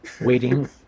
Waiting